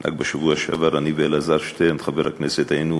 רק בשבוע שעבר אני וחבר הכנסת אלעזר שטרן היינו